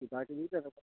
কিবাকিবি তেনেকুৱা